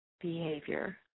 behavior